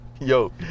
Yo